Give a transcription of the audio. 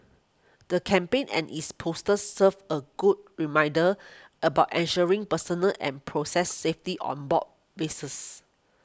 the campaign and its posters serve a good reminders about ensuring personal and process safety on board vessels